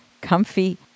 comfy